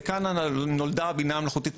נולדה הבינה המלאכותית,